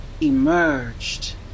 emerged